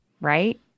right